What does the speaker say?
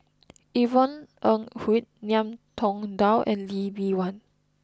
Yvonne Ng Uhde Ngiam Tong Dow and Lee Bee Wah